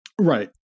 Right